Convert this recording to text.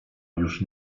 już